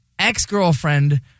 ex-girlfriend